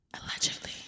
allegedly